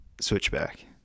Switchback